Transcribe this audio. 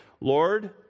Lord